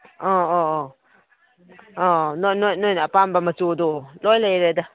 ꯑꯥ ꯑꯣ ꯑꯣ ꯅꯣꯏ ꯅꯣꯏ ꯅꯣꯏꯅ ꯑꯄꯥꯝꯕ ꯃꯆꯨꯗꯣ ꯂꯣꯏ ꯂꯩꯔꯦꯗ